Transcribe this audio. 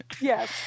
yes